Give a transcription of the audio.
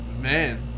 Man